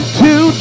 two